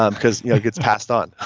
um because yeah it gets passed on.